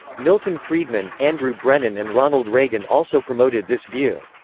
milton friedman, andrew brennan and ronald reagan also promoted this view.